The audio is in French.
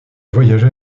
voyagé